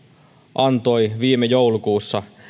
antoi viime joulukuussa